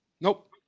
nope